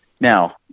Now